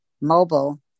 mobile